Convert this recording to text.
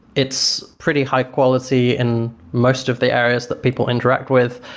it's pretty high-quality in most of the areas that people interact with.